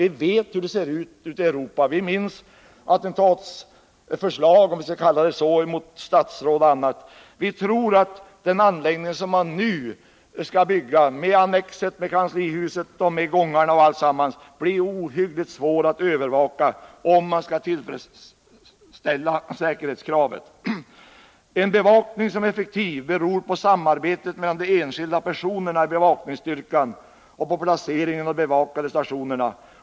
Vi vet ju hur det ser ut ute i Europa och världen i övrigt och vi minns attentatsförsök — om vi skall kalla dem så — mot statsråd och andra personer. Vi tror att den anläggning som man nu skall bygga — med annexet, med kanslihuset. med gångarna och alltsammans — blir ohyggligt svår att övervaka, om man skall kunna tillfredsställa säkerhetskravet. En bevakning som är effektiv beror på samarbetet mellan de enskilda personerna i bevakningsstyrkan och på placeringen av de bevakande stationerna.